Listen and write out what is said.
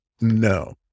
No